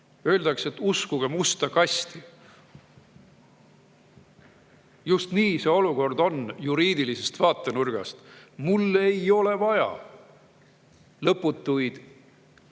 öeldakse, et uskuge musta kasti. Just nii see olukord on juriidilisest vaatenurgast. Mulle ei ole vaja lõputuid